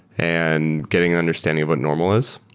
and getting an understanding of what normal is.